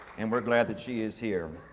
and we're glad that she is here.